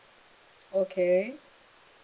okay